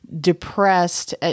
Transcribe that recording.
depressed